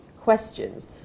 questions